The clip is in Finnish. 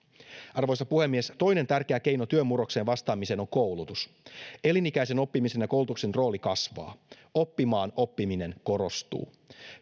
arvoisa puhemies toinen tärkeä keino työn murrokseen vastaamiseen on koulutus elinikäisen oppimisen ja koulutuksen rooli kasvaa oppimaan oppiminen korostuu